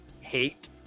Hate